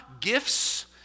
gifts